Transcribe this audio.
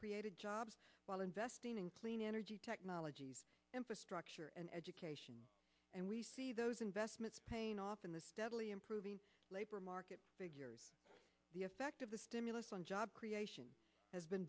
created jobs while investing in clean energy technologies infrastructure and education and we see those investments paying off in the steadily improving labor market the effect of the stimulus on job creation has been